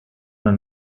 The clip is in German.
man